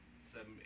seven